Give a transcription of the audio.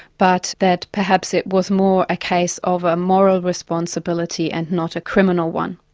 but that perhaps it was more a case of a moral responsibility and not a criminal one.